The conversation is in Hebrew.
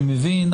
אני מבין,